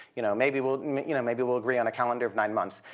you know maybe we'll you know maybe we'll agree on a calendar of nine months.